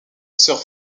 sœur